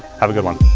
have a good one